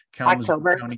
October